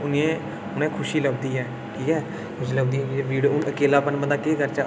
उ'नें उ'नें खुशी लभदी ऐ ठीक ऐ खुशी लभदी ऐ भीड़ हून अकेलापन बंदा केह् करै